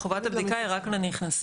חובת הבדיקה היא רק לנכנסים.